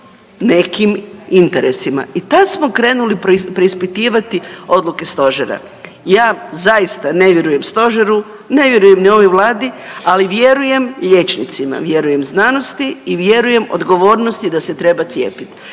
nekim interesima i tad smo krenuli preispitivati odluke Stožera. Ja zaista ne vjerujem Stožeru, ne vjerujem ni ovoj Vladi, ali vjerujem liječnicima, vjerujem znanosti i vjerujem odgovornosti da se treba cijepiti.